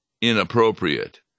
inappropriate